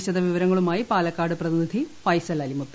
വിശദാംശങ്ങളുമായി പാലക്കാട് പ്രതിനിധി ഫൈസൽ അലി മുത്ത്